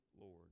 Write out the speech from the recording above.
Lord